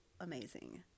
amazing